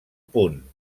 punt